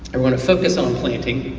i want to focus on planting,